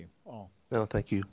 you oh well thank you